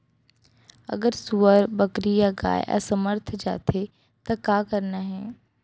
अगर सुअर, बकरी या गाय असमर्थ जाथे ता का करना हे?